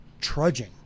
trudging